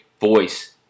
voice